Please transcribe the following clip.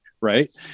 right